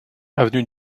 avenue